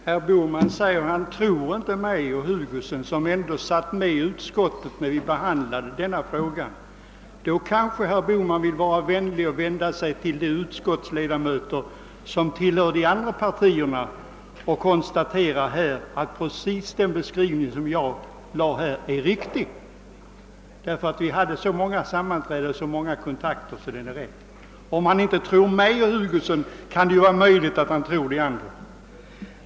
Herr talman! Herr Bohman sade att han inte tror på mig och på herr Hugosson, trots att vi deltog i utskottsbehandlingen av denna fråga. Då kanske herr Bohman vill vara vänlig och vända sig till de utskottsledamöter som tillhör de andra partierna för att få konstaterat att min beskrivning är riktig; om han inte tror mig och herr Hugosson är det ju möjligt att han tror de andra.